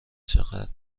چقد